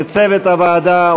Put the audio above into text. לצוות הוועדה,